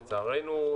לצערנו,